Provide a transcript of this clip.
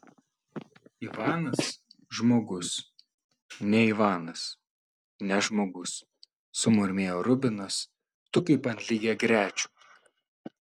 ivanas žmogus ne ivanas ne žmogus sumurmėjo rubinas tu kaip ant lygiagrečių